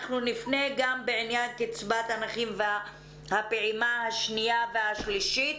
נפנה גם בעניין קצבאות הנכים והפעימה השנייה והשלישית